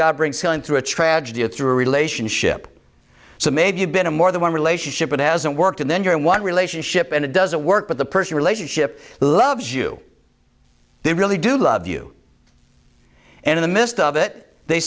god brings healing through a tragedy or through a relationship so maybe you've been a more than one relationship it hasn't worked and then you're in one relationship and it doesn't work but the person relationship loves you they really do love you and in the midst of it they